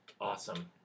awesome